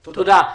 תודה.